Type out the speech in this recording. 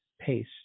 pace